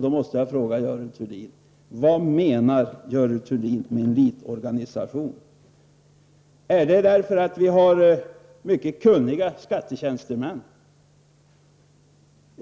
Då måste jag fråga: Vad menar Görel Thurdin när hon talar om en elitorganisation? Är det det faktum att vi har mycket kunniga tjänstemän på skattesidan som